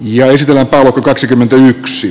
jäisellä kaksikymmentäyksi